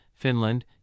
Finland